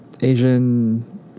Asian